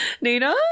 nina